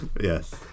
Yes